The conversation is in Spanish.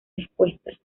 respuesta